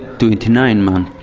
twenty nine months.